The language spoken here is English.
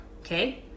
okay